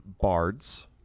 bards